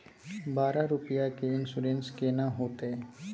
बारह रुपिया के इन्सुरेंस केना होतै?